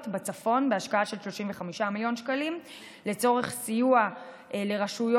בצפון בהשקעה של 35 מיליון שקלים לצורך סיוע לרשויות